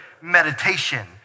meditation